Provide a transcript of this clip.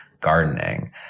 gardening